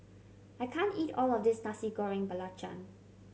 I can't eat all of this Nasi Goreng Belacan